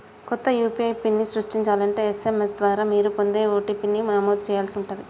కొత్త యూ.పీ.ఐ పిన్ని సృష్టించాలంటే ఎస్.ఎం.ఎస్ ద్వారా మీరు పొందే ఓ.టీ.పీ ని నమోదు చేయాల్సి ఉంటాది